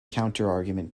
counterargument